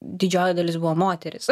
didžioji dalis buvo moterys